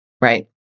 Right